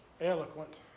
eloquent